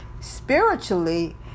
Spiritually